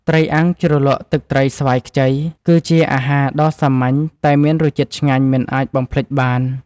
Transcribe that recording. ត្រីអាំងជ្រលក់ទឹកត្រីស្វាយខ្ចី គឺជាអាហារដ៏សាមញ្ញតែមានរសជាតិឆ្ងាញ់មិនអាចបំភ្លេចបាន។